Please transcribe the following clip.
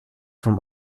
from